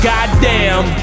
Goddamn